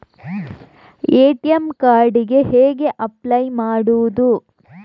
ATM card ಗೆ ಹೇಗೆ apply ಮಾಡುವುದು?